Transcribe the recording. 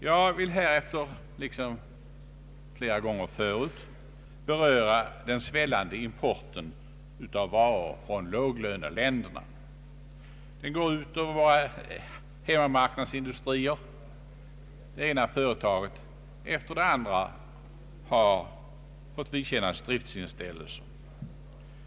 Jag vill härefter, liksom flera gånger tidigare, beröra den svällande importen av varor från låglöneländer. Den går ut över våra hemmamarknadsindustrier. Den ena branschen efter den andra har haft driftsinställelser.